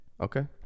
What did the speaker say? Okay